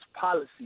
policy